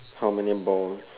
how many balls